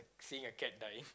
seeing a cat die